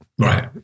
Right